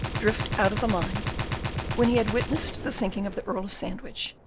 drift out of the line when he had witnessed the sinking of the earl of sandwich,